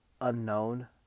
unknown